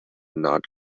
not